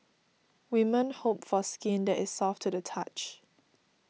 women hope for skin that is soft to the touch